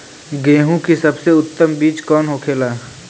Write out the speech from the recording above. गेहूँ की सबसे उत्तम बीज कौन होखेला?